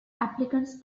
applicants